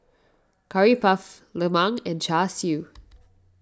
Curry Puff Lemang and Char Siu